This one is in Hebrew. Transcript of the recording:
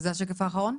זה השקף האחרון?